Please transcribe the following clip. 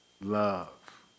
Love